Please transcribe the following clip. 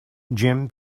jim